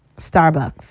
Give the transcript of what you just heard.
Starbucks